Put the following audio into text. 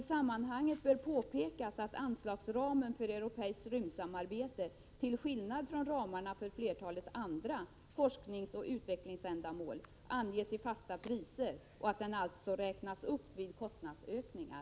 I sammanhanget bör påpekas att anslagsramen för europeiskt rymdsamarbete, till skillnad från ramarna för flertalet andra forskningsoch utvecklingsändamål, anges i fasta priser och att den alltså räknas upp vid kostnadsökningar.”